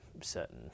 certain